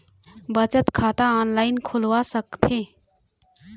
बचत खाता ऑनलाइन खोलवा सकथें?